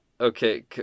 okay